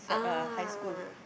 ah